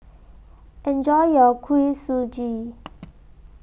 Enjoy your Kuih Suji